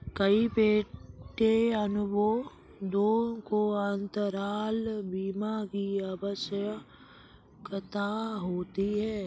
कई पट्टे अनुबंधों को अंतराल बीमा की आवश्यकता होती है